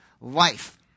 Life